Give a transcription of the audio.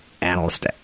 analyst